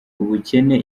ubukene